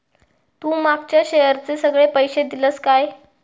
तू मागच्या शेअरचे सगळे पैशे दिलंस काय?